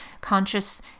conscious